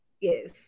Yes